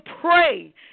pray